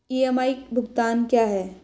EMI भुगतान क्या है?